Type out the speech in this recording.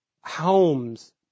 Homes